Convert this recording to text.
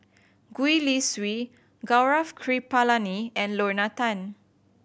Gwee Li Sui Gaurav Kripalani and Lorna Tan